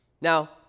Now